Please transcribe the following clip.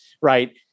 right